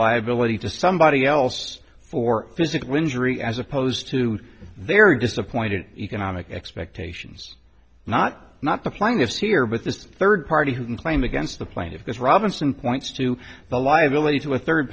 liability to somebody else for physical injury as opposed to very disappointed economic expectations not not the plaintiffs here but this third party who can claim against the plaintiffs robinson points to the liability to a third